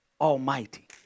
almighty